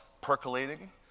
percolating